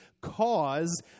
cause